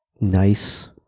nice